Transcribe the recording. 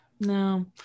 no